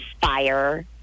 Fire